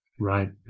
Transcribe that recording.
Right